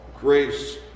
grace